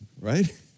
right